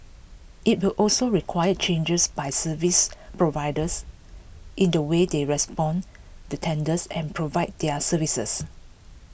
IT will also require changes by service providers in the way they respond to tenders and provide their services